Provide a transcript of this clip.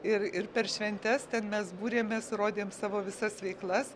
ir ir per šventes ten mes būrėmės rodėm savo visas veiklas